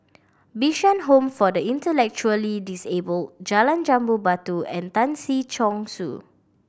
Bishan Home for the Intellectually Disabled Jalan Jambu Batu and Tan Si Chong Su